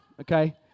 okay